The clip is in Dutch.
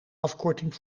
afkorting